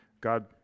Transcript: God